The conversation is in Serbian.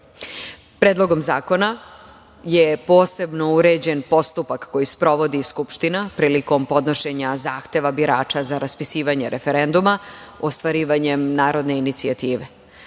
Agencije. Predlogom zakona je posebno uređen postupak koji sprovodi Skupština prilikom podnošenja zahteva birača za raspisivanje referenduma ostvarivanjem narodne inicijative. Zajedničko